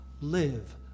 live